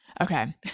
okay